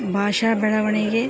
ಭಾಷಾ ಬೆಳವಣಿಗೆ